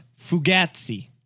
Fugazi